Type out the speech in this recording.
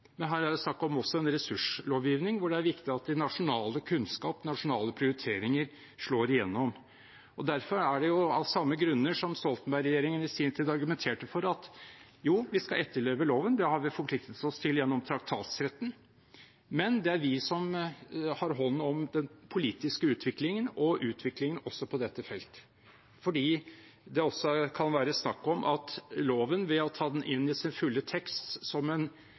Men her er det også snakk om en ressurslovgivning, der det er viktig at nasjonal kunnskap, nasjonale prioriteringer slår igjennom. Derfor er det at vi, av samme grunner som Stoltenberg-regjeringen i sin tid argumenterte for, skal etterleve loven, det har vi forpliktet oss til gjennom traktatsretten, men det er vi som har hånd om den politiske utviklingen og utviklingen også på dette feltet, fordi det også kan være snakk om at loven, ved å ta den inn i sin fulle tekst, som